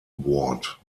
ward